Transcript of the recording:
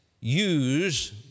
use